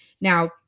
now